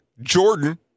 Jordan